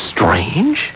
Strange